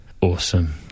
Awesome